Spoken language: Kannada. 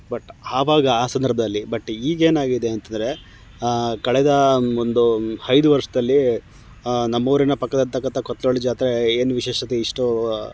ಬಟ್ ಆವಾಗ ಆ ಸಂದರ್ಭದಲ್ಲಿ ಬಟ್ ಈಗ ಏನಾಗಿದೆ ಅಂತ ಅಂದ್ರೆ ಕಳೆದ ಒಂದು ಐದು ವರ್ಷದಲ್ಲಿ ನಮ್ಮೂರಿನ ಪಕ್ಕದಲ್ಲಿ ಇರತಕ್ಕಂಥ ಕೊತ್ಲವಾಡಿ ಜಾತ್ರೆ ಏನು ವಿಶೇಷತೆ ಇಷ್ಟೂ